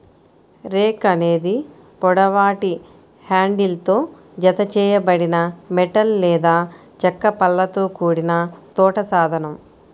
rake అనేది పొడవాటి హ్యాండిల్తో జతచేయబడిన మెటల్ లేదా చెక్క పళ్ళతో కూడిన తోట సాధనం